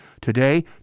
Today